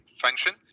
Function